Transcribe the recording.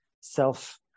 self